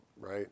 right